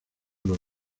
los